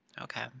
Okay